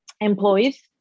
employees